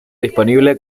disponible